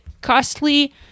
costly